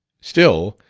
still,